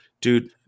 dude